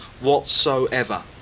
whatsoever